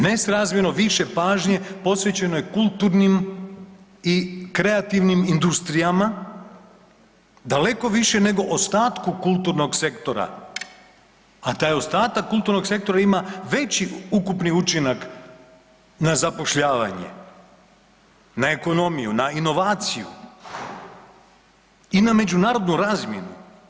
Ne srazmjerno više pažnje posvećeno je kulturnim i kreativnim industrijama, daleko više nego ostatku kulturnog sektora, a taj ostatak kulturnog sektora ima veći ukupni učinak na zapošljavanje, na ekonomiju, na inovaciju i na međunarodnu razmjenu.